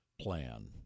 plan